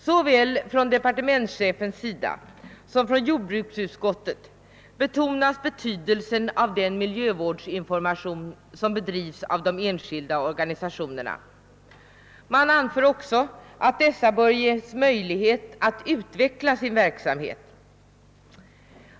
Såväl departementschefen som =:jordbruksutskottet betonar betydelsen av den miljövårds information som bedrivs av de enskilda organisationerna. Man anser också att åt dessa bör ges möjlighet att utveckla sin verksamhet.